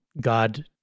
God